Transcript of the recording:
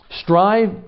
Strive